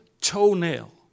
toenail